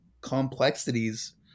complexities